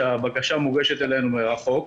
שהבקשה מוגשת אלינו מרחוק,